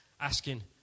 asking